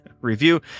review